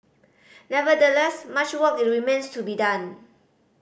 nevertheless much work remains to be done